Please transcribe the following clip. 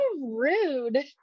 rude